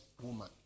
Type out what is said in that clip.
woman